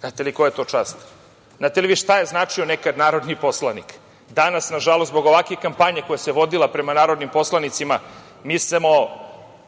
Znate li koja je to čast? Znate li vi šta je značio nekad narodni poslanik? Danas, nažalost, zbog ovakve kampanje koja se vodila prema narodnim poslanicima mi smo